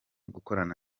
gukorana